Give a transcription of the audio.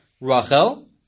Rachel